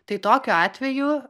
tai tokiu atveju